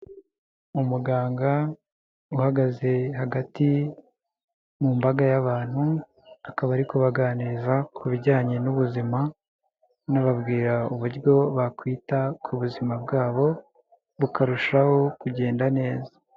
Umuganga, uhagaze hagati, mu mbaga y'abantu akaba ari kubaganiriza ku bijyanye n'ubuzima, anababwira uburyo bakwita ku buzima bwabo, bukarushaho kugenda neza.